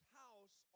house